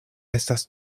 estas